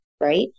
right